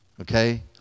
okay